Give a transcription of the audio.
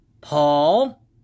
Paul